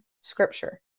Scripture